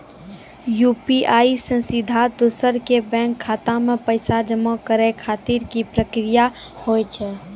UPI से सीधा दोसर के बैंक खाता मे पैसा जमा करे खातिर की प्रक्रिया हाव हाय?